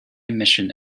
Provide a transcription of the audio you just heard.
emission